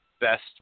best